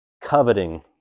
coveting